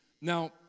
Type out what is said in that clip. Now